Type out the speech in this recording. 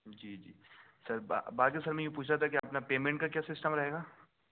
جی جی سر باقی سر میں یہ پوچھ رہا تھا کہ اپنا پیمنٹ کا کیا سسٹم رہے گا